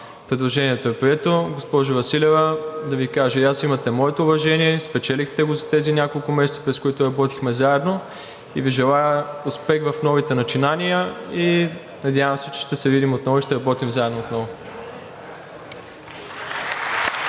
предложението е прието. Госпожо Василева, да Ви кажа и аз, имате моето уважение. Спечелихте го за тези няколко месеца, през които работихме заедно. Желая Ви успех в новите начинания. Надявам се, че ще се видим отново – ще работим заедно отново.